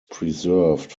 preserved